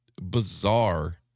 bizarre